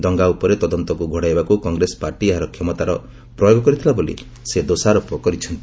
ଦଙ୍ଗା ଉପରେ ତଦନ୍ତକୁ ଘୋଡାଇବାକୁ କଂଗ୍ରେସ ପାର୍ଟି ଏହାର କ୍ଷମତାର ପ୍ରୟୋଗ କରିଥିଲା ବୋଲି ସେ ଦୋଷାରୋପ କରିଛନ୍ତି